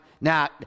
now